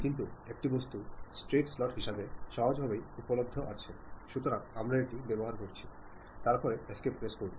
কিন্তু একটি বস্তু স্ট্রেইট স্লট হিসাবে সহজভাবে উপলব্ধ আছে সুতরাং আমরা এটি ব্যবহার করছি তারপরে এস্কেপ প্রেস করুন